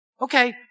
Okay